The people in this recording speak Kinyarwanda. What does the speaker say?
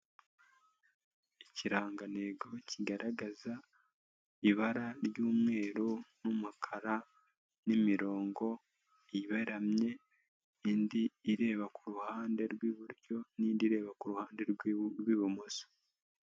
Ikirangantego kigaragaza ibara ry'umweru n'umukara n'imirongo iberamye, indi ireba ku ruhande rw'iburyo n'indi ireba ku ruhande rw'ibumoso.